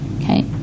Okay